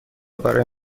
برای